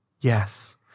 yes